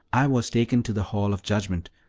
i was taken to the hall of judgment,